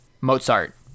mozart